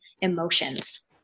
emotions